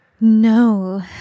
No